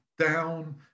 down